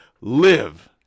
live